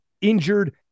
injured